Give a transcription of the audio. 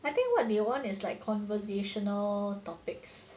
I think what they want is like conversational topics